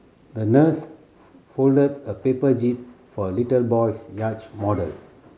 the nurse folded a paper jib for a little boy's yacht model